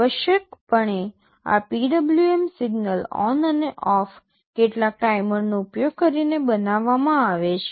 આવશ્યકપણે આ PWM signal on અને ઓફ કેટલાક ટાઈમરનો ઉપયોગ કરીને બનાવવામાં આવે છે